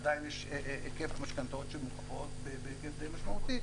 עדיין יש היקף משכנתאות שמוקפאות בהיקף די משמעותי,